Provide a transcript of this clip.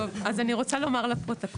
טוב, אז אני רוצה לומר לפרוטוקול.